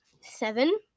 Seven